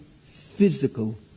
physical